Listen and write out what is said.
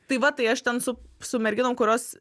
tai va tai aš ten su su merginom kurios